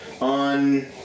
on